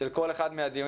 של כל אחד מהדיונים,